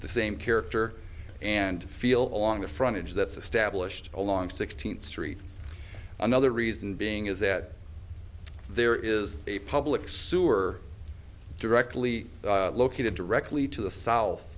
the same character and feel on the front edge that's established along sixteenth street another reason being is that there is a public sewer directly located directly to the south